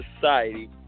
society